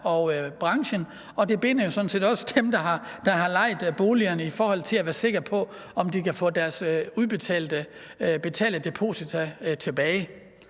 af branchen, og som sådan set også binder dem, der har lejet boligerne, i forhold til at de kan være sikre på, at de kan få deres udbetalte deposita tilbage.